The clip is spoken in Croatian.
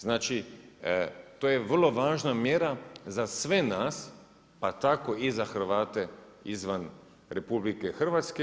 Znači to je vrlo važna mjera za sve nas pa tako i za Hrvate izvan RH.